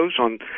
on